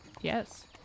Yes